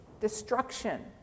destruction